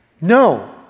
no